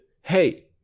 Hey